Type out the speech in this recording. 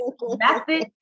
Method